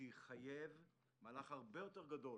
שיחייב מהלך הרבה יותר גדול